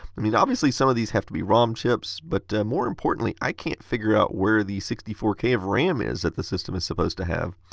i mean obviously some of these have to be rom chips. but more importantly, i cannot figure out where the sixty four k of ram is, that this system is supposed to have.